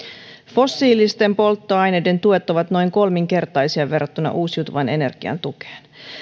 fossiilisten polttoaineiden tuet ovat noin kolminkertaisia verrattuna uusiutuvan energian tukeen